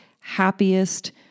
happiest